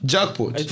Jackpot